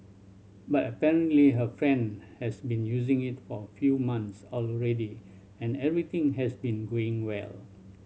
but apparently her friend has been using it for a few months already and everything has been going well